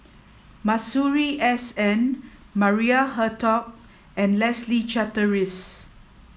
Masuri S N Maria Hertogh and Leslie Charteris